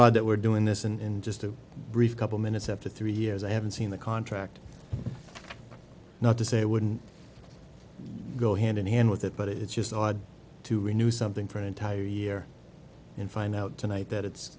odd that we're doing this in just a brief couple minutes after three years i haven't seen the contract not to say it wouldn't go hand in hand with it but it's just odd to renew something for an entire year in find out tonight that it's